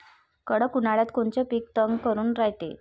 कडक उन्हाळ्यात कोनचं पिकं तग धरून रायते?